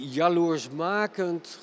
jaloersmakend